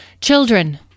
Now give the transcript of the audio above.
Children